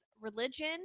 religion